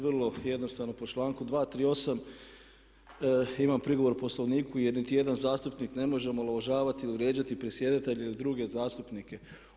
Vrlo jednostavno, po članku 238. imam prigovor Poslovniku jer niti jedan zastupnik ne može omalovažavati ili vrijeđati predsjedatelja ili druge zastupnike.